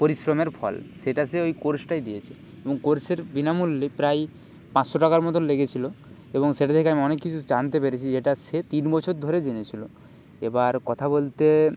পরিশ্রমের ফল সেটা সে ওই কোর্সটায় দিয়েছে এবং কোর্সের বিনামূল্যে প্রায় পাঁচশো টাকার মতন লেগেছিল এবং সেটা থেকে আমি অনেক কিছু জানতে পেরেছি যেটা সে তিন বছর ধরে জেনেছিল এবার কথা বলতে